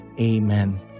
amen